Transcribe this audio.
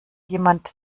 jemand